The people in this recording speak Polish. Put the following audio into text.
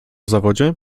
zawodzie